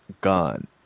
Gone